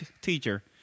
teacher